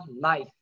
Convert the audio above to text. life